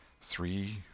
Three